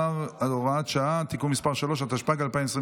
17, הוראת שעה) (תיקון מס' 3), התשפ"ג 2023,